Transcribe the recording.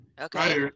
Okay